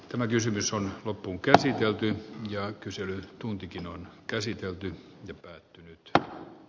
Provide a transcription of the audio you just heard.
tämä kysymys on loppuun käsitelty ja on kysynyt tuntikin on käsitelty päättynyt t